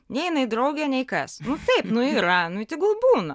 nei jinai drauge nei kas nu taip nu yra nu tegul būna